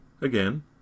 Again